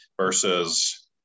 versus